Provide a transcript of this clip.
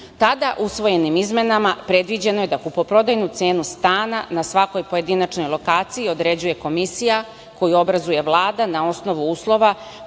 usvojenim izmenama predviđeno je da kupoprodajnu cenu stana na svakoj pojedinačnoj lokaciji određuje komisija koju obrazuje Vlada na osnovu uslova